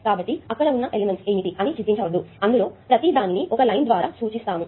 కాబట్టి అక్కడ ఉన్న ఎలిమెంట్స్ ఏమిటి అని చింతించవద్దు అందులో ప్రతి దానిని ఒక లైన్ ద్వారా సూచిస్తాము